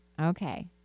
okay